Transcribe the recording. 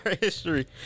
history